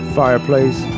fireplace